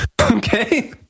Okay